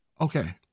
Okay